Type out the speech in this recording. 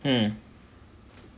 mm